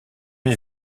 les